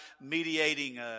mediating